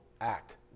act